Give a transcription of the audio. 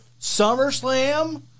SummerSlam